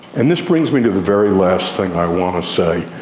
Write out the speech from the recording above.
and this brings me to the very last thing i want to say.